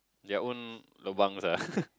their own lobangs ah